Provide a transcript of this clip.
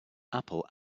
apple